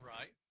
Right